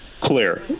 clear